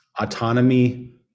autonomy